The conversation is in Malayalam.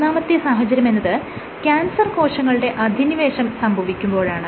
മൂന്നാമത്തെ സാഹചര്യമെന്നത് ക്യാൻസർ കോശങ്ങളുടെ അധിനിവേശം സംഭവിക്കുമ്പോഴാണ്